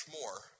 more